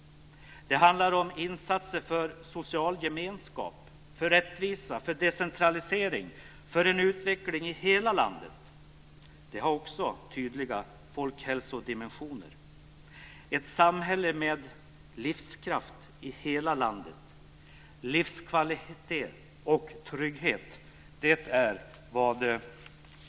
Det handlar om insatser för social gemenskap, för rättvisa och decentralisering och för en utveckling i hela landet. Också detta har tydliga folkhälsodimensioner. Det som Centerpartiet arbetar för är ett samhälle med livskraft i hela landet, livskvalitet och trygghet.